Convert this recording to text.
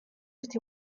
ერთი